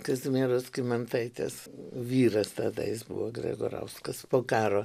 kazimieros kymantaitės vyras tada jis buvo gregorauskas po karo